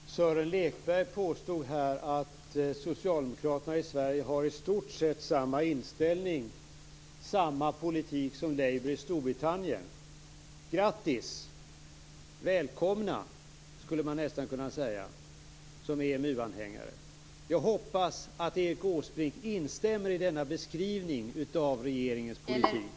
Fru talman! Sören Lekberg påstod att Socialdemokraterna i Sverige i stort sett har samma inställning och samma politik som Labour i Storbritannien. Grattis! Välkomna, skulle man nästan kunna säga som EMU-anhängare. Jag hoppas att Erik Åsbrink instämmer i denna beskrivning av regeringens politik.